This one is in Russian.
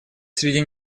среди